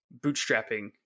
bootstrapping